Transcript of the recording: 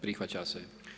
Prihvaća se.